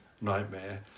nightmare